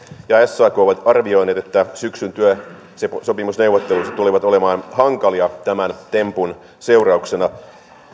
ja sak ovat arvioineet että syksyn työsopimusneuvottelut tulevat olemaan hankalia tämän tempun seurauksena